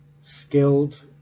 skilled